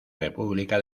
república